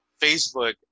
Facebook